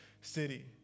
city